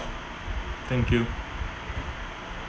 thank you